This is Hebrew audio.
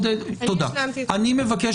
אני מבקש,